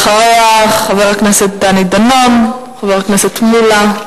אחריה, חבר הכנסת דני דנון, חבר הכנסת מולה,